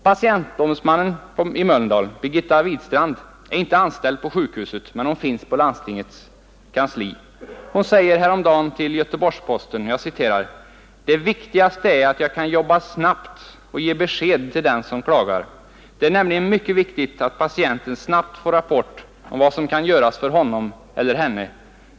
Patientombudsmannen i Mölndal Birgitta Widstrand är inte anställd på sjukhuset, men hon finns på landstingets kansli. Hon sade häromdagen till Göteborgs-Posten: ”Det viktigaste är att jag kan jobba snabbt och ge besked till den som klagar. Det är nämligen mycket viktigt att patienten snabbt får rapport om vad som kan göras för honom eller henne.